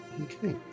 Okay